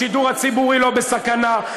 השידור הציבורי לא בסכנה.